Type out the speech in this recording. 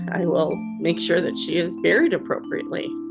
i will make sure that she is buried appropriately,